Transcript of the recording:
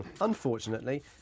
Unfortunately